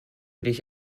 dich